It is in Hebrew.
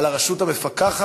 על הרשות המפקחת,